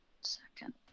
Second